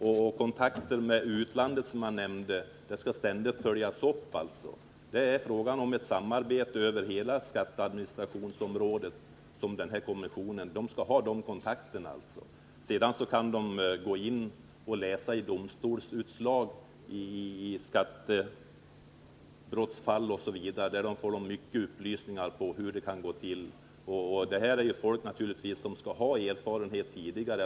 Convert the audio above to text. Och kontakterna med utlandet skall, som jag nämnde tidigare, ständigt följas upp. Det är alltså fråga om ett samarbete över hela skatteadministrationens område. Kommissionen kan också gå in och läsa domstolsutslag i skattebrottmål. Där kan den få många upplysningar om hur skatteundandraganden kan gå till. I kommissionen skall givetvis arbeta människor med tidigare erfarenhet från detta område.